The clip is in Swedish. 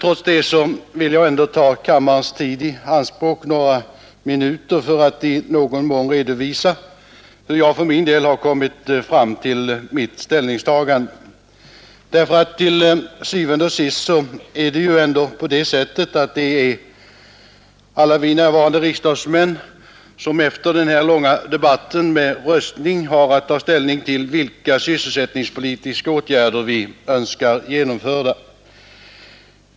Trots det vill jag ta kammarens tid i anspråk några minuter för att något redovisa hur jag har kommit fram till mitt ställningstagande. Til syvende og sidst är det ändå alla vi närvarande riksdagsmän som efter denna långa debatt genom röstning har att ta ställning till vilka sysselsättningspolitiska åtgärder vi önskar genomförda.